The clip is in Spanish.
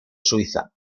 suiza